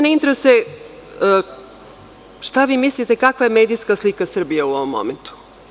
Interesuje me šta vi mislite kakva je medijska slika Srbije u ovom momentu?